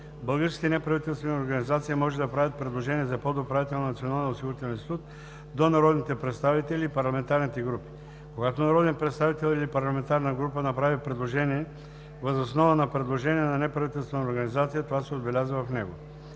Българските неправителствени организации може да правят предложения за подуправител на Националния осигурителен институт до народните представители и парламентарните групи. Когато народен представител или парламентарна група направи предложение въз основа на предложение на неправителствена организация, това се отбелязва в него.